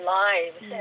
lives